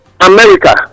America